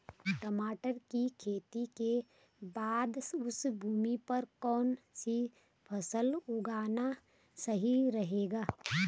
टमाटर की खेती के बाद उस भूमि पर कौन सी फसल उगाना सही रहेगा?